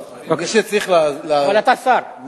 אני לא קשור לזה.